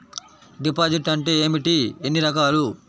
Deposit అంటే ఏమిటీ ఎన్ని రకాలు?